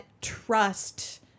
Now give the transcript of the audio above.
trust